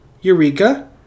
Eureka